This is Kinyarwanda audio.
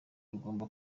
rugomba